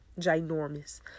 ginormous